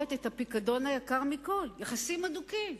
למשמורת את הפיקדון היקר מכול: יחסים הדוקים,